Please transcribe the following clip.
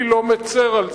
אני לא מצר על זה,